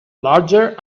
larger